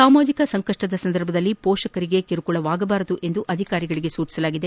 ಸಾಮಾಜಿಕ ಸಂಕಷ್ಟದ ಸಂದರ್ಭದಲ್ಲಿ ಮೋಷಕರಿಗೆ ಕಿರುಕುಳವಾಗಬಾರದು ಎಂದು ಅಧಿಕಾರಿಗಳಿಗೆ ಸೂಚಿಸಲಾಗಿದೆ